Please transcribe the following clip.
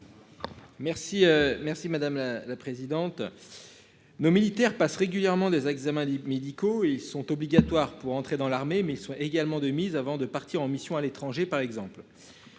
merci madame la présidente. Nos militaires passent régulièrement des examens libre médicaux et ils sont obligatoires pour entrer dans l'armée, mais ils sont également de mise avant de partir en mission à l'étranger par exemple.